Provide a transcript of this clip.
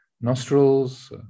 nostrils